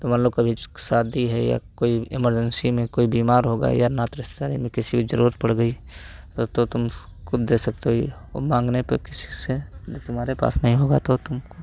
तो मान लो कभी शादी है या कोई इमरजेंसी में कोई बीमार होगा या नाते रिश्तेदारी में किसी ज़रूरत पड़ गई वो तो तुम खुद दे सकते हो वो मांगने पे किसी से ले तुम्हारे पास नहीं होगा तो तुमको